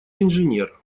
инженер